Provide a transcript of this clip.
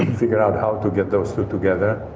figure out how to get those two together.